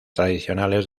tradicionales